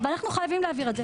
ואנחנו חייבים להעביר את זה.